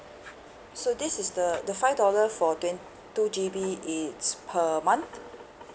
so this is the the five dollar for twen~ two G_B it's per month